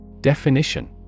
Definition